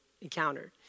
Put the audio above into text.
encountered